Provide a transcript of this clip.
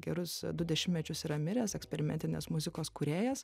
gerus du dešimtmečius yra miręs eksperimentinės muzikos kūrėjas